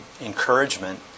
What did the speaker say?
encouragement